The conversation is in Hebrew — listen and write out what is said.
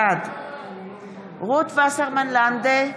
בעד רות וסרמן לנדה,